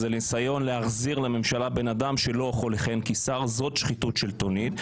זה ניסיון להחזיר לממשלה אדם שלא יכול לכהן כשר זאת שחיתות שלטונית.